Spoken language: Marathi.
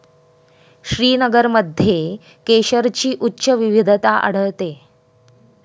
श्रीनगरमध्ये केशरची उच्च विविधता आढळते